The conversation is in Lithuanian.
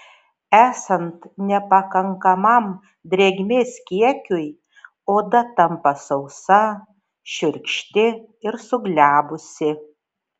esant nepakankamam drėgmės kiekiui oda tampa sausa šiurkšti ir suglebusi